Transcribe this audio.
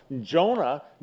Jonah